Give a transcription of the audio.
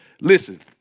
Listen